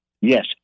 Yes